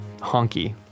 honky